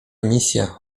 misja